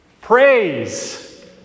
praise